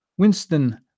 Winston